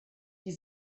die